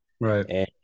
Right